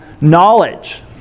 knowledge